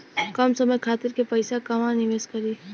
कम समय खातिर के पैसा कहवा निवेश करि?